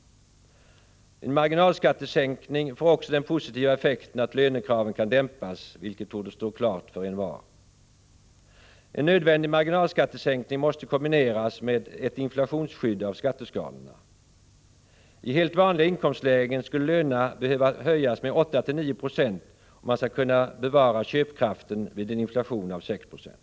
En marginalskattesänkning får också den positiva effekten att lönekraven kan dämpas, vilket torde stå klart för envar. En nödvändig marginalskattesänkning måste kombineras med ett inflationsskydd av skatteskalorna. I helt vanliga inkomstlägen skulle lönerna behöva höjas med 8-9 20 om man skall kunna bevara köpkraften vid en inflation på 6 96.